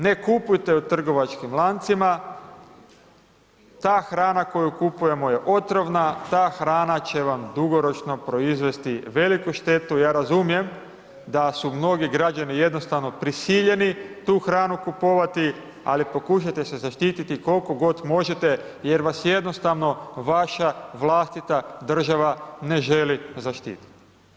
Ne kupujte u trgovačkim lancima, ta hrana koju kupujemo je otrovna, ta hrana će vam dugoročno proizvesti veliku štetu, ja razumijem, da su mnogi građani jednostavno prisiljeni tu hranu kupovati, ali pokušajte se zaštiti koliko god možete, jer vas jednostavno, vaša vlastita država ne želi zaštiti.